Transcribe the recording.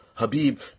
Habib